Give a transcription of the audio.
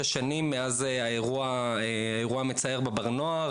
שש שנים מאז האירוע המצער בבר נוער.